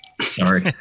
Sorry